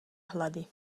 hlady